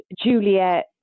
Juliet